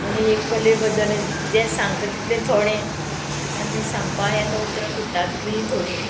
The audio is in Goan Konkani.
आनी एक कले बद्दल जें सांगता तितलें थोडें आनी सांगपा हें आतां उतरां सुट्टा तितलींय थोडीं